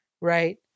Right